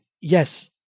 yes